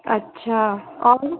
अच्छा और